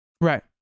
right